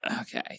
Okay